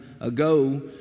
ago